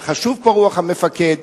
וחשובה פה רוח המפקד,